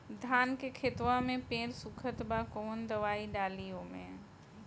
धान के खेतवा मे पेड़ सुखत बा कवन दवाई डाली ओमे?